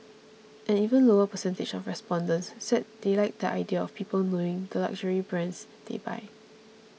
an even lower percentage of respondents said they like the idea of people knowing the luxury brands they buy